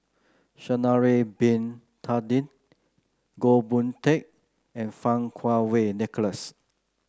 Sha'ari Bin Tadin Goh Boon Teck and Fang Kuo Wei Nicholas